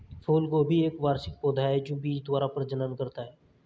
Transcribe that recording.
फूलगोभी एक वार्षिक पौधा है जो बीज द्वारा प्रजनन करता है